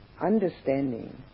understanding